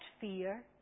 fear